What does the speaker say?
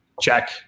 check